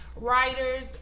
writers